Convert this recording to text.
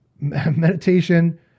meditation